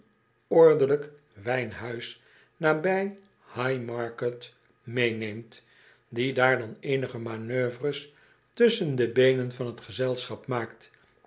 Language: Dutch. onordelijk wijnhuis nabij haymarket meeneemt die daar dan eenige manoeuvres tusschen de beenen van t gezelschap maakt